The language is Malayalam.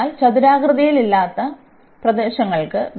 അതിനാൽ ചതുരാകൃതിയില്ലാത്ത പ്രദേശങ്ങൾക്ക്